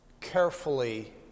carefully